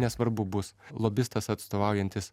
nesvarbu bus lobistas atstovaujantis